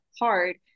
hard